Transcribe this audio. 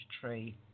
tree